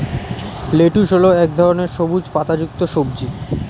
lettuce হল এক ধরনের সবুজ পাতাযুক্ত সবজি